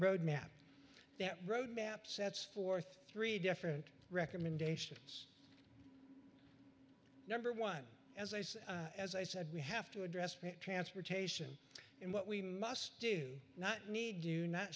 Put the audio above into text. road map that road map sets forth three different recommendations number one as i said as i said we have to address transportation and what we must do not need do not